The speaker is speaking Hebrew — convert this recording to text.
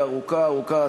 היא ארוכה ארוכה,